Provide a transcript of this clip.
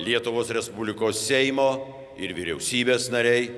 lietuvos respublikos seimo ir vyriausybės nariai